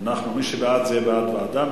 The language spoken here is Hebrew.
מי שבעד, זה בעד ועדה.